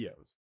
videos